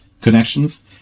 connections